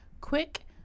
quick